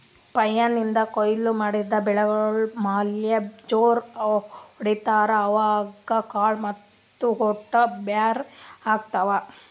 flail ನಿಂದ್ ಕೊಯ್ಲಿ ಮಾಡಿದ್ ಬೆಳಿಗೋಳ್ ಮ್ಯಾಲ್ ಜೋರ್ ಹೊಡಿತಾರ್, ಅವಾಗ್ ಕಾಳ್ ಮತ್ತ್ ಹೊಟ್ಟ ಬ್ಯಾರ್ ಆತವ್